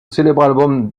célèbre